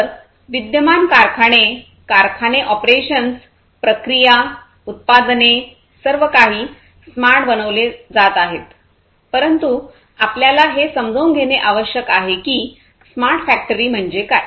तर विद्यमान कारखाने कारखाने ऑपरेशन्स प्रक्रिया उत्पादने सर्व काही स्मार्ट बनवले जात आहेत परंतु आपल्याला हे समजून घेणे आवश्यक आहे की स्मार्ट फॅक्टरी म्हणजे काय